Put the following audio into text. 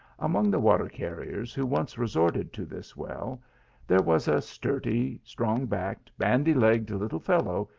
among the water-carriers who once resorted to this well there was a sturdy, strong-backed, bandy legged little fellow,